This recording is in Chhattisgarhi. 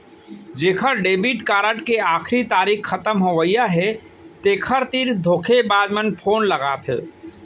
जेखर डेबिट कारड के आखरी तारीख खतम होवइया हे तेखर तीर धोखेबाज मन फोन लगाथे